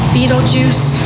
Beetlejuice